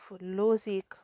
logic